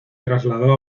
trasladó